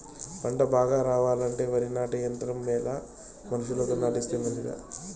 పంట బాగా రావాలంటే వరి నాటే యంత్రం మేలా మనుషులతో నాటిస్తే మంచిదా?